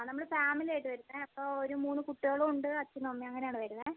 ആ നമ്മള് ഫാമിലി ആയിട്ട് വരുന്നത് അപ്പോൾ ഒരു മൂന്ന് കുട്ടികളും ഉണ്ട് അച്ഛനും അമ്മയും അങ്ങനെയാണ് വരുന്നത്